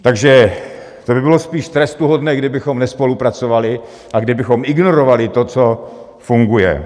Takže by bylo spíš trestuhodné, kdybychom nespolupracovali a kdybychom ignorovali to, co funguje.